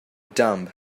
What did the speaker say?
dumb